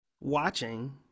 watching